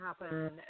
happen